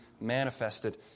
manifested